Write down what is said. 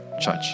church